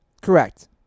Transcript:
Correct